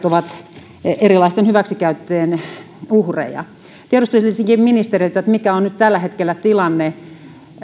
ovat erilaisten hyväksikäyttöjen uhreja tiedustelisinkin ministeriltä mikä on nyt tällä hetkellä tilanne